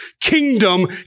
kingdom